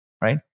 right